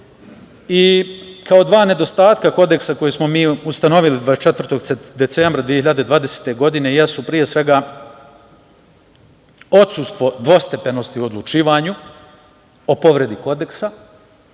dva nedostatka Kodeksa koje smo mi ustanovili 24. decembra 2020. godine jesu, pre svega, odsustvo dvostepenosti u odlučivanju o povredi Kodeksa